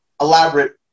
elaborate